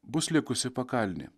bus likusi pakalnė